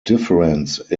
difference